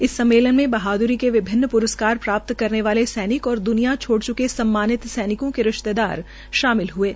इस सममेलन में बहाद्री के विभिन्न प्रस्कारों प्राप्त करने वाले सैनिकों और द्निया छोड़ च्के सम्मानित सैनिकों के रिश्तेदार शामिल हये